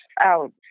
out